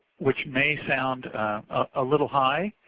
which may sound a little high